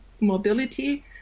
mobility